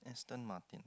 Aston-Martin